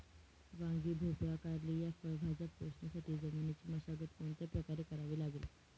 वांगी, भोपळा, कारली या फळभाज्या पोसण्यासाठी जमिनीची मशागत कोणत्या प्रकारे करावी लागेल?